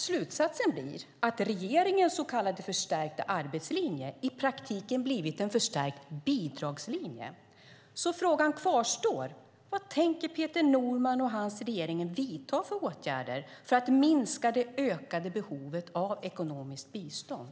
Slutsatsen blir att regeringens så kallade förstärkta arbetslinje i praktiken blivit en förstärkt bidragslinje. Frågan kvarstår: Vad tänker Peter Norman och hans regering vidta för åtgärder för att minska det ökade behovet av ekonomiskt bistånd?